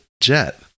jet